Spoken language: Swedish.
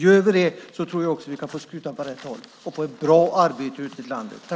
Gör vi det tror jag också att vi kan få skutan på rätt köl och ett bra arbete ute i landet.